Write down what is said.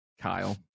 kyle